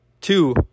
two